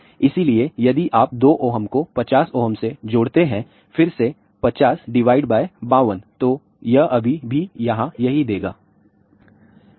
इसलिए यदि आप 2 Ω को 50 Ω से जोड़ते हैं फिर से 5052 तो यह अभी भी यहां यही देगा